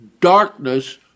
darkness